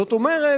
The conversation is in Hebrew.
זאת אומרת,